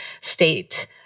state